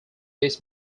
this